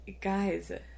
guys